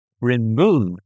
Remove